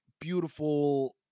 beautiful